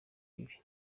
bibi